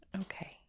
Okay